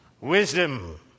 wisdom